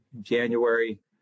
January